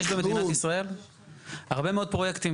יש במדינת ישראל הרבה מאוד פרויקטים